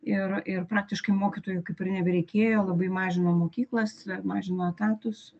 ir ir praktiškai mokytojų kaip ir nebereikėjo labai mažino mokyklas mažino etatus